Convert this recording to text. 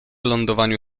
lądowaniu